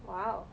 !wow!